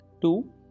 Two